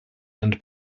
and